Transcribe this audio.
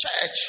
church